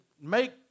make